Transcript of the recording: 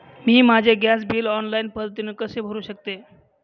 मी माझे gas bill online पद्धतीने कसे भरु शकते?